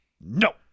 No